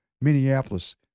Minneapolis